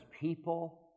people